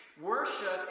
Worship